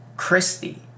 Christy